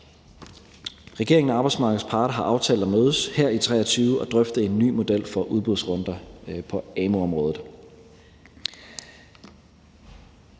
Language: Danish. Regeringen og arbejdsmarkedets parter har aftalt at mødes i 2023 og drøfte en ny model for udbudsrunder på amu-området.